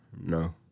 No